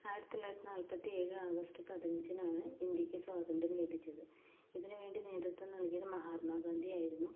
ആയിരത്തി തൊള്ളായിരത്തി നാല്പത്തിയേഴ് ആഗസ്റ്റ് പതിനഞ്ചിനാണ് ഇന്ത്യയ്ക്ക് സ്വാതന്ത്ര്യം ലഭിച്ചത് ഇതിനുവേണ്ടി നേതൃത്വം നൽകിയത് മഹാത്മാഗാന്ധി ആയിരുന്നു